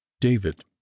David